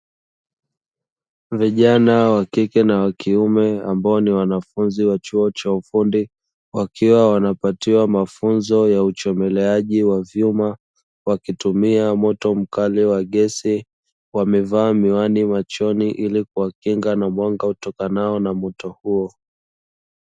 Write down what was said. Vijana wa kike na wa kiume ambao ni wanafunzi wa chuo cha ufundi, wakiwa wanapatiwa mafunzo ya uchomeleaji wa vyuma wakitumia moto mkali wa gesi. Wamevaa miwani machoni, ili kuwakinga na mwanga utokanao na moto huo.